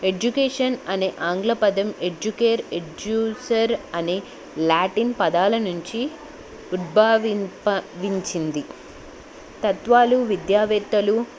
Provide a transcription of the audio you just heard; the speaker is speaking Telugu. ఎడ్యుకేషన్ అనే ఆంగ్ల పదం ఎడ్యుకేర్ ఎడ్యూసర్ అనే లాటిన్ పదాల నుంచి ఉద్భవించింది తత్వాలు విద్యావేత్తలు